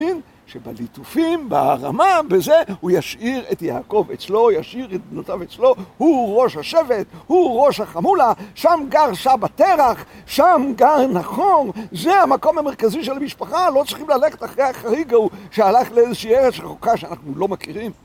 שבליטופים, בהרמה, בזה, הוא ישאיר את יעקב אצלו, ישאיר את בנותיו אצלו, הוא ראש השבט, הוא ראש החמולה, שם גר סבא תרח, שם גר נחום, זה המקום המרכזי של המשפחה, לא צריכים ללכת אחרי החריג ההוא שהלך לאיזושהי ארץ רחוקה שאנחנו לא מכירים.